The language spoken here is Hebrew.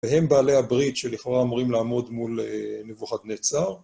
והם בעלי הברית שלכאורה אמורים לעמוד מול נבוכדנצר.